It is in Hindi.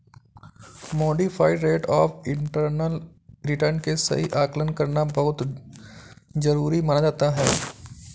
modified rate of internal return के सही आकलन करना बहुत जरुरी माना जाता है